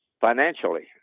financially